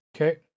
Okay